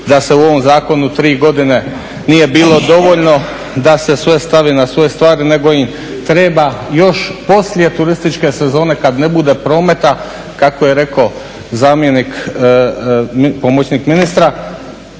da u ovom zakonu tri godine nije bilo dovoljno da se sve stavi na svoje stvari nego im treba još poslije turističke sezone kad ne bude prometa, kako je rekao zamjenik, pomoćnik ministra,